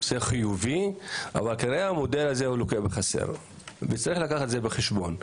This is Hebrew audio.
זה חיובי אבל כנראה המודל הזה לוקח בחסר וצריך לקחת את זה בחשבון.